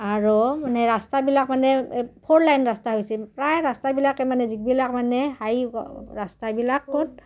আৰু মানে ৰাস্তাবিলাক মানে ফ'ৰ লাইন ৰাস্তা হৈছে প্ৰায় ৰাস্তাবিলাকে মানে যিবিলাক মানে হাই ৰাস্তাবিলাকত